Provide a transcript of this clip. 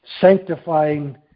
sanctifying